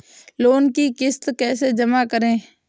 Loan की किश्त कैसे जमा करें?